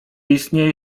istnieje